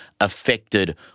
affected